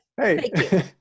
hey